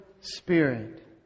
spirit